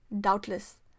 doubtless